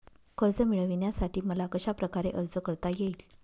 कर्ज मिळविण्यासाठी मला कशाप्रकारे अर्ज करता येईल?